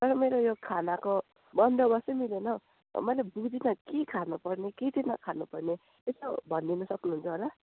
अनि त यो मेरो खानाको बन्दोबस्तै मिलेन हौ मैले बुझिनँ के खानुपर्ने के चाहिँ नखानु पर्ने यसो भन्दिनु सक्नुहुन्छ होला